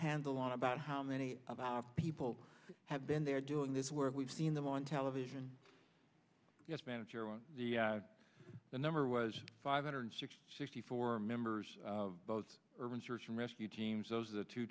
handle on about how many of our people have been there doing this work we've seen them on television yes manager on the number was five hundred sixty sixty four members of both urban search and rescue teams those are the two